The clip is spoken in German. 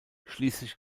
schließlich